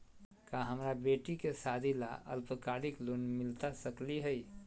का हमरा बेटी के सादी ला अल्पकालिक लोन मिलता सकली हई?